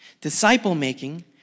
Disciple-making